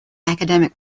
academic